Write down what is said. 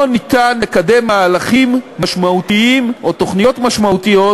לא ניתן לקדם מהלכים משמעותיים או תוכניות משמעותיות